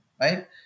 right